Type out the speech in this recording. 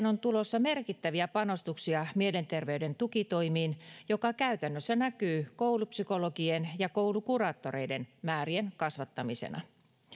on tulossa merkittäviä panostuksia mielenterveyden tukitoimiin mikä käytännössä näkyy koulupsykologien ja koulukuraattoreiden määrien kasvattamisena